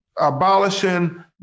abolishing